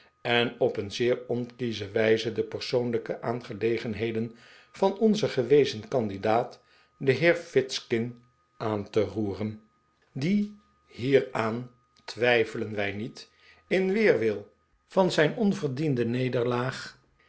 en op een zeer onkiesche wijze de persoonlijke aangelegenheden van onzen gewezen candidaat den heer fizkin aan te roeren die de pickwick club hieraan twijfelen wij niet in weerwil van zijn onverdiende nederlaag